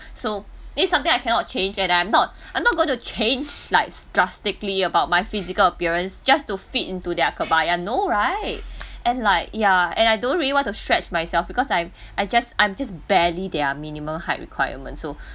so this something I cannot change and I'm not I'm not gonna change like drastically about my physical appearance just to fit into their kebaya no right and like ya and I don't really want to stretch myself because I'm I just I'm just barely their minimum height requirement so